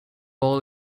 bowl